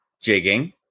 Jigging